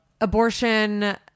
abortion